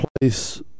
place